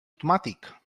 automàtic